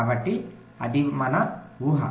కాబట్టి అది మన ఊహ